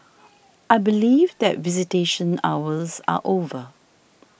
I believe that visitation hours are over